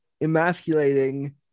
emasculating